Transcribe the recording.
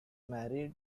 married